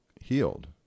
healed